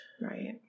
Right